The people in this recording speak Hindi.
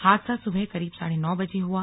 हादसा सुबह करीब साढ़े नौ बजे हुआ